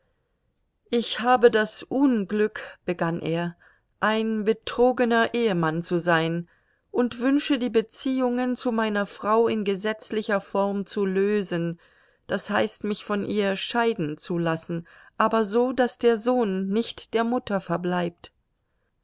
ich habe das unglück begann er ein betrogener ehemann zu sein und wünsche die beziehungen zu meiner frau in gesetzlicher form zu lösen das heißt mich von ihr scheiden zu lassen aber so daß der sohn nicht der mutter verbleibt